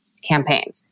Campaign